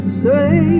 say